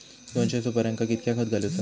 दोनशे सुपार्यांका कितक्या खत घालूचा?